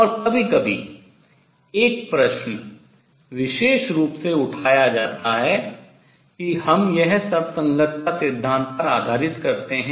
और कभी कभी एक प्रश्न विशेष रूप से उठाया जाता है कि हम यह सब संगतता सिद्धांत पर आधारित करते हैं